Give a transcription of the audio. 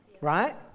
Right